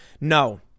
No